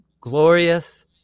glorious